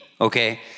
okay